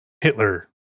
Hitler